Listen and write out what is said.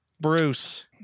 Bruce